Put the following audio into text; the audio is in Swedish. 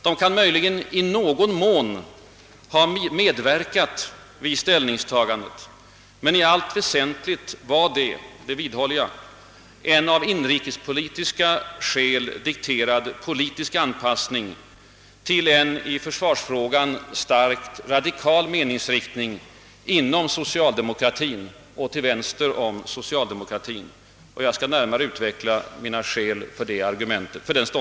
De kan möjligen i någon mån ha medverkat vid ställningstagandet, men i allt väsentligt var det — det vidhåller jag — en av inrikespolitiska skäl dikterad politisk anpassning till en i försvarsfrågan starkt radikal meningsriktning inom socialdemokratin och till vänster om socialdemokratin. Jag skall närmare utveckla mina skäl för den meningen.